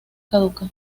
caduca